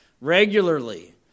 regularly